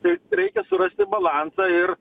tai reikia surasti balansą ir